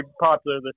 popular